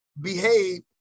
behave